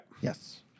Yes